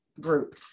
group